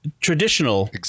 traditional